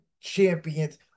champions